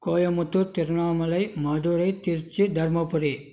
Coimbatore Tiruvannamalai Madurai Trichy Dharmapuri